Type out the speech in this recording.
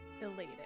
elated